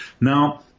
Now